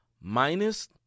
minus